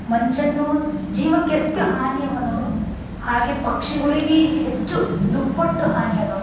ಮನುಷ್ಯಂದು ಜೀವಕ್ಕೆ ಎಷ್ಟು ಹಾನಿಯವೆ ನೋಡು ಹಾಗೆ ಪಕ್ಷಿಗಳಿಗೆ ಹೆಚ್ಚು ದುಪ್ಪಟ್ಟು ಹಾನಿ ಅದವೆ